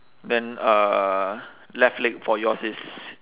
then uh left leg for yours is